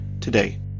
today